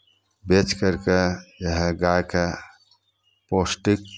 बेच करि कऽ इएह गायकेँ पौष्टिक